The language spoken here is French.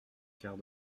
quart